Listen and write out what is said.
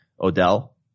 Odell